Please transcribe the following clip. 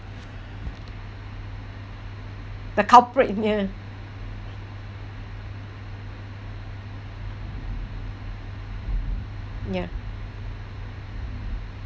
the culprit ya ya